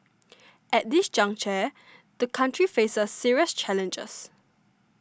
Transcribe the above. at this juncture the country faces serious challenges